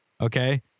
Okay